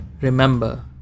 remember